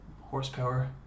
horsepower